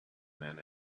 man